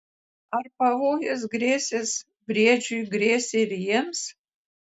ar pavojus grėsęs briedžiui grėsė ir jiems